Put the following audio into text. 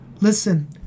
Listen